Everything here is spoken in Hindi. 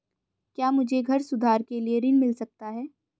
क्या मुझे घर सुधार के लिए ऋण मिल सकता है?